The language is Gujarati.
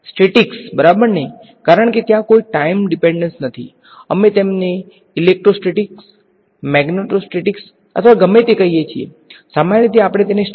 સ્ટેટિક્સ બરાબરને કારણ કે ત્યાં કોઈ ટાઈમ ડીપેંડન્સ નથી અમે તેમને ઇલેક્ટ્રોસ્ટેટિક મેગ્નેટો સ્ટેટિક્સ અથવા ગમે તે કહીએ છીએ સામાન્ય રીતે આપણે તેમને સ્ટેટિક્સ કહીશું